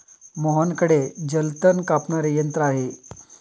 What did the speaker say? मोहनकडे जलतण कापणारे यंत्र आहे